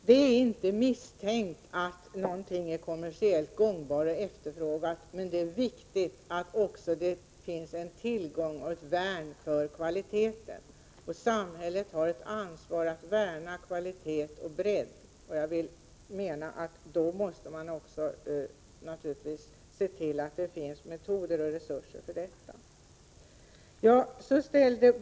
Det är inte misstänkt att någonting är kommersiellt gångbart och efterfrågat, men det är viktigt att det också finns tillgång till och ett värn för kvaliteten. Samhället har ett ansvar att värna om kvalitet och bredd, och jag vill mena att man då också naturligtvis måste se till att det finns metoder och resurser för detta.